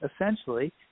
essentially